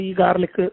garlic